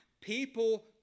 People